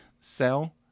sell